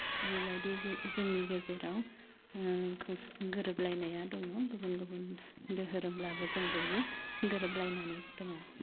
बे बायदि जोंनि गेजेराव खौसेथि गोरोबलायनाया दङ गुबुन गुबुन दोहोरोमब्लाबो जों बयबो गोरोबलायनानै दङ